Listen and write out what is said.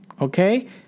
okay